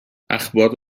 اخبار